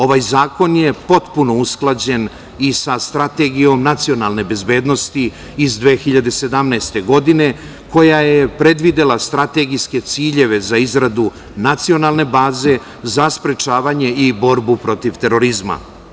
Ovaj zakon je potpuno usklađen i sa Strategijom nacionalne bezbednosti iz 2017. godine koja je predvidela strategijske ciljeve za izradu nacionalne baze za sprečavanje i borbu protiv terorizma.